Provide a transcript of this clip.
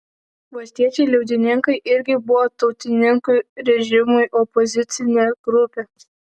valstiečiai liaudininkai irgi buvo tautininkų režimui opozicinė grupė